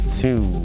two